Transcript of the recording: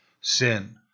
sin